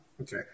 okay